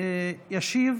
ישיב